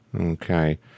Okay